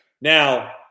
Now